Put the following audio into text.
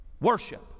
worship